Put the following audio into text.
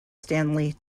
stanley